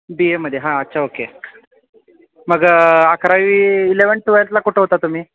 बी एमध्ये हां अच्छा ओके मग अकरावी इलेवन ट्वेल्थला कुठं होता तुम्ही